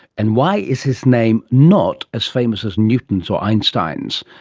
and why is his name not as famous as newton's or einstein's?